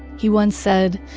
he once said,